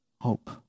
hope